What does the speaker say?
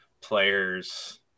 players